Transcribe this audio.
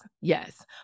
Yes